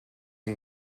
and